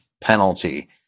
penalty